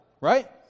right